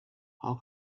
how